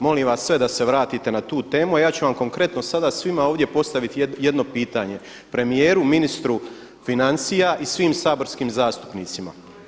Molim vas sve da se vratite na tu temu, a ja ću vam konkretno sada svima ovdje postaviti jedno pitanje, premijeru, ministru financija i svim saborskim zastupnicima.